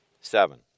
Seven